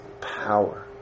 power